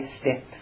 step